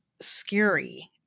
scary